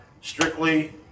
strictly